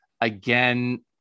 again